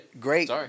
Great